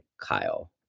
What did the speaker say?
Kyle